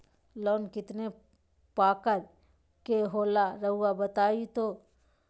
Loan कितने पारकर के होला रऊआ बताई तो?